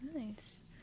nice